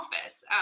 office